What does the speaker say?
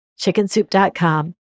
chickensoup.com